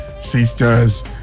sisters